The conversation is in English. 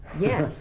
Yes